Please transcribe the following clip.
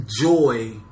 Joy